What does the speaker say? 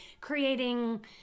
creating